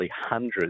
hundreds